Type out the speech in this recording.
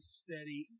steady